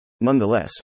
Nonetheless